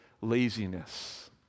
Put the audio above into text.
laziness